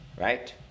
right